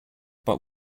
but